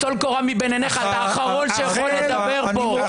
טול קורה מבין עיניך, אתה האחרון שיכול לדבר פה.